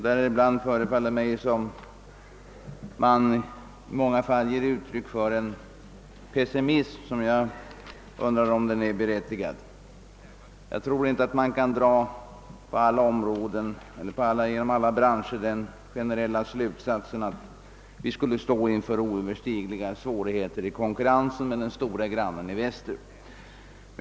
Det förefaller mig som om man i många fall ger uttryck för en pessimism vars berättigande kan ifrågasättas. Jag tror inte att man inom alla branscher kan dra den slutsatsen, att vi skulle stå inför oöverstigliga svårigheter i konkurrensen med den stora grannen i väster.